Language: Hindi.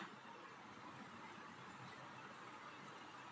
चरवाहे भेड़ को चराने के लिए दूर दूर तक चले जाते हैं